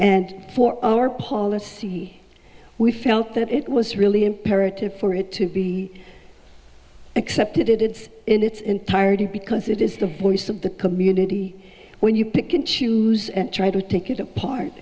and for our policy we felt that it was really imperative for it to be accepted it it's in its entirety because it is the voice of the community when you pick and choose and try to take it apart